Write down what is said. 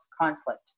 conflict